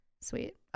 Sweet